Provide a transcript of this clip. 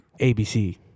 ABC